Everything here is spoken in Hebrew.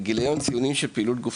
אוניברסיטת סטנפורד או משהו עשו בית קפה,